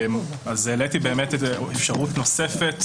העליתי אפשרות נוספת.